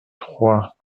trois